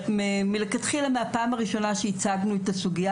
שמלכתחילה, מהפעם הראשונה שהצגנו את הסוגייה,